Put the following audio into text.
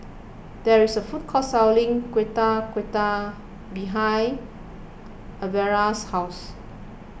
there is a food court selling Getuk Getuk behind Alverda's house